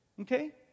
Okay